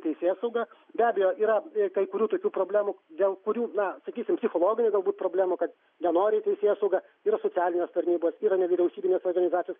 teisėsauga be abejo yra kai kurių tokių problemų dėl kurių na sakysim psichologinių galbūt problemų kad nenori teisėsauga yra socialinės tarnybos yra nevyriausybinės organizacijos